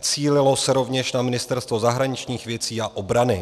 Cílilo se rovněž na Ministerstvo zahraničních věcí a obrany.